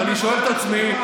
ואני שואל את עצמי,